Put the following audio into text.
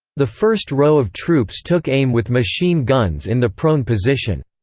the first row of troops took aim with machine guns in the prone position.